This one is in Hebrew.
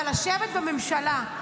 אבל לשבת בממשלה,